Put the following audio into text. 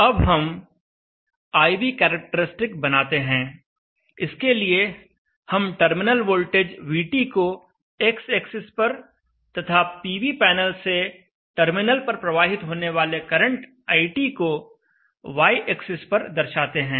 अब हम I V characteristic बनाते हैं इसके लिए हम टर्मिनल वोल्टेज VT को x एक्सिस पर तथा पीवी पैनल से टर्मिनल पर प्रवाहित होने वाले करंट IT को y एक्सिस पर दर्शाते हैं